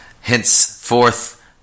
henceforth